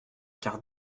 quart